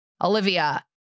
Olivia